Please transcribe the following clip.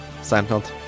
Seinfeld